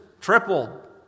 tripled